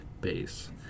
base